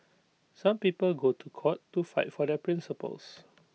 some people go to court to fight for their principles